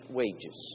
wages